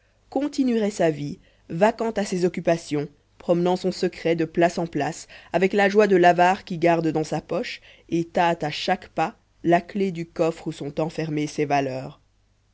continuerait sa vie vaquant à ses occupations promenant son secret de place en place avec la joie de l'avare qui garde dans sa poche et tâte à chaque pas la clé du coffre où sont enfermées ses valeurs